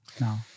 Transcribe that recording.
now